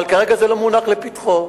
אבל כרגע זה לא מונח לפתחו.